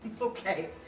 Okay